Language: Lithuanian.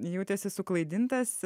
jautėsi suklaidintas